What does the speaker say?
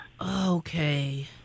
Okay